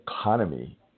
economy